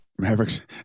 Maverick's